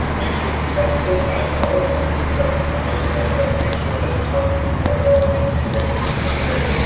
make sure to test this. i know the testing tools haven't been updated yet. but make sure that the content you care about is indexed as being indexed.